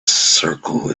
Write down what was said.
circle